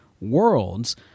worlds –